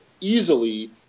easily